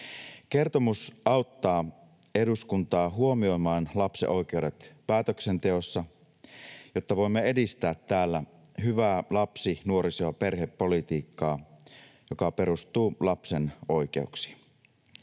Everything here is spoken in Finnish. Kertomus auttaa eduskuntaa huomioimaan lapsen oikeudet päätöksenteossa, jotta voimme edistää täällä hyvää lapsi-, nuoriso- ja perhepolitiikkaa, joka perustuu lapsen oikeuksiin.